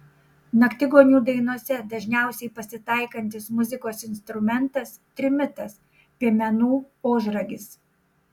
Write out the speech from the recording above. naktigonių dainose dažniausiai pasitaikantis muzikos instrumentas trimitas piemenų ožragis